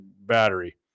battery